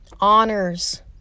honors